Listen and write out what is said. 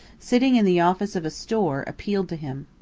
sitting in the office of a store, appealed to him.